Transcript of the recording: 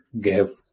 give